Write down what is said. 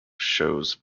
shows